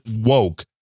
woke